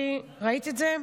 ראית את זה?